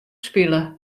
spile